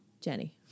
Jenny